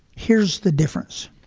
here's the difference.